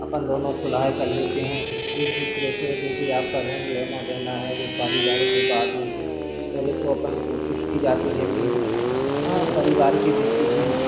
अपन दोनों सुलाह कर लेते हैं एक दूसरे से जो भी आपका ऋण लेना देना है जो पारिवारिक विवाद हैं पहले तो अपन कोशिश की जाती है कि हाँ परिवार के बीच ही